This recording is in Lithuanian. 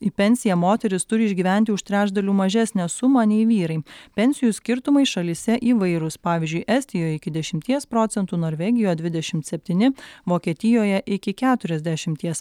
į pensiją moteris turi išgyventi už trečdaliu mažesnę sumą nei vyrai pensijų skirtumai šalyse įvairūs pavyzdžiui estijoj iki dešimties procentų norvegijoje dvidešimt septyni vokietijoje iki keturiasdešimties